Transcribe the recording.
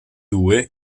due